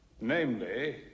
namely